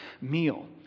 meal